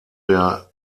der